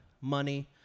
money